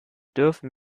dürften